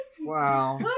Wow